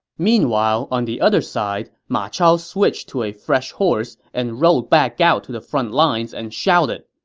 meanwhile, on the other side, ma chao switched to a fresh horse and rode back out to the front lines and shouted,